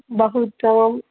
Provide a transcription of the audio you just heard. बहु उत्तमम्